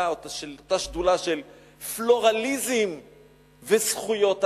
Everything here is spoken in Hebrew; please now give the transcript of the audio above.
של אותה שדולה של פלורליזם וזכויות אדם.